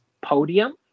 podium